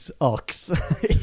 ox